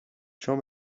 چون